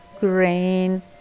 grain